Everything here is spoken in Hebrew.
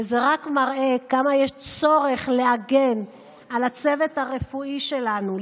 וזה רק מראה כמה יש צורך להגן על הצוות הרפואי שלנו,